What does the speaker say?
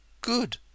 Good